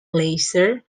leisure